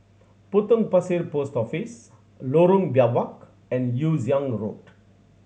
Potong Pasir Post Office Lorong Biawak and Yew Siang Road